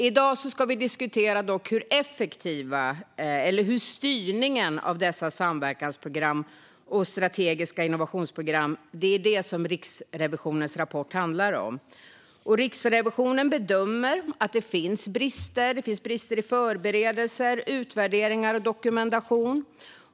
I dag ska vi dock diskutera hur effektiva dessa samverkansprogram och strategiska innovationsprogram är och styrningen av dem. Det är det som Riksrevisionens rapport handlar om. Riksrevisionen bedömer att det finns brister i förberedelser, utvärderingar och dokumentation.